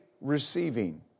receiving